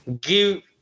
give